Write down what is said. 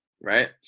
right